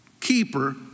keeper